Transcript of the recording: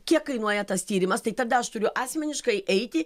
kiek kainuoja tas tyrimas tai tada aš turiu asmeniškai eiti